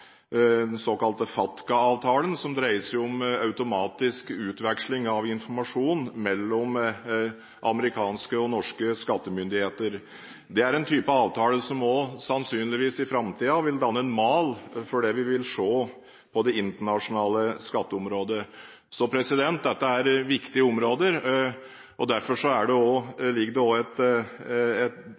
den såkalte FATCA-avtalen, som dreier seg om automatisk utveksling av informasjon mellom amerikanske og norske skattemyndigheter. Dette er en type avtale som sannsynligvis også i framtiden vil danne en mal for det vi vil se på det internasjonale skatteområdet. Så dette er viktige områder. Derfor ligger det også et